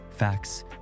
Facts